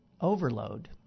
Overload